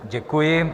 Děkuji.